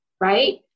right